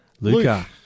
Luca